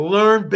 Learn